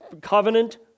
covenant